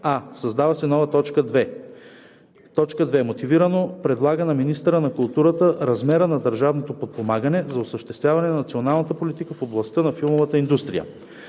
а) създава се нова т. 2: „2. мотивирано предлага на министъра на културата размера на държавното подпомагане за осъществяване на националната политика в областта на филмовата индустрия;“